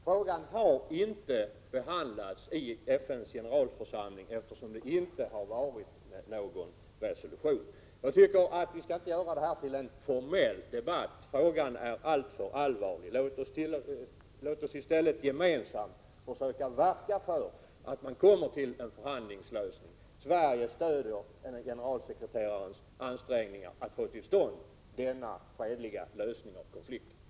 Frågan har inte behandlats av FN:s generalförsamling, eftersom det inte har varit någon resolution. Jag tycker inte att vi skall göra det här till en formell debatt. Frågan är alltför allvarlig. Låt oss i stället gemensamt verka för att man kommer till en förhandlingslösning. Sverige stöder generalsekreterarens ansträngningar att få till stånd denna fredliga lösning av konflikten.